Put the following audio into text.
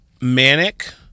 Manic